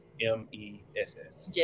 M-E-S-S